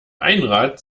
einrad